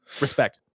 respect